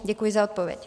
Děkuji za odpověď.